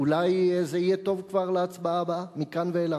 אולי זה יהיה טוב כבר להצבעה הבאה מכאן ואילך.